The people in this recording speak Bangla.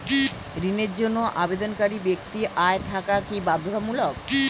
ঋণের জন্য আবেদনকারী ব্যক্তি আয় থাকা কি বাধ্যতামূলক?